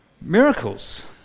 miracles